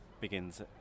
begins